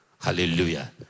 Hallelujah